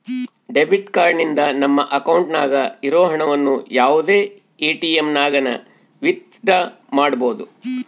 debit card ನಿಂದ ನಮ್ಮ ಅಕೌಂಟ್ನಾಗ ಇರೋ ಹಣವನ್ನು ಯಾವುದೇ ಎಟಿಎಮ್ನಾಗನ ವಿತ್ ಡ್ರಾ ಮಾಡ್ಬೋದು